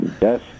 Yes